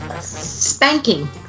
Spanking